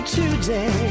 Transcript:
today